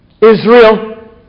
Israel